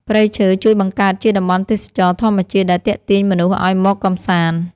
ព្រៃឈើជួយបង្កើតជាតំបន់ទេសចរណ៍ធម្មជាតិដែលទាក់ទាញមនុស្សឱ្យមកកម្សាន្ត។